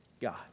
God